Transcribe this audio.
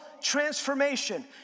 transformation